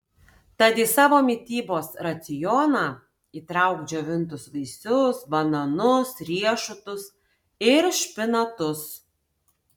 tad į savo mitybos racioną įtrauk džiovintus vaisius bananus riešutus ir špinatus